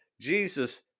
Jesus